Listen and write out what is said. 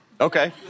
Okay